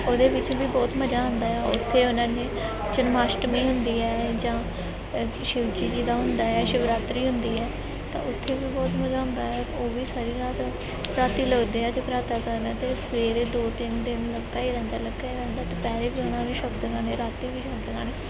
ਉਹਦੇ ਵਿੱਚ ਵੀ ਬਹੁਤ ਮਜ਼ਾ ਆਉਂਦਾ ਆ ਉੱਥੇ ਉਹਨਾਂ ਨੇ ਜਨਮਆਸ਼ਟਮੀ ਹੁੰਦੀ ਹੈ ਜਾਂ ਸ਼ਿਵ ਜੀ ਜੀ ਦਾ ਹੁੰਦਾ ਹੈ ਸ਼ਿਵਰਾਤਰੀ ਹੁੰਦੀ ਹੈ ਤਾਂ ਉੱਥੇ ਵੀ ਬਹੁਤ ਮਜ਼ਾ ਆਉਂਦਾ ਹੈ ਉਹ ਵੀ ਸਾਰੀ ਰਾਤ ਰਾਤੀ ਲੱਗਦੇ ਹੈ ਜਗਰਾਤਾ ਕਰਨ ਅਤੇ ਸਵੇਰੇ ਦੋ ਤਿੰਨ ਦਿਨ ਲੱਗਾ ਹੀ ਰਹਿੰਦਾ ਲੱਗਾ ਹੀ ਰਹਿੰਦਾ ਦੁਪਹਿਰੇ ਵੀ ਉਹਨਾਂ ਨੇ ਸ਼ਬਦ ਗਾਉਣੇ ਰਾਤੀ ਵੀ ਸ਼ਬਦ ਗਾਉਣੇ